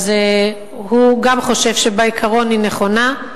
גם הוא היה חושב שבעיקרון היא נכונה.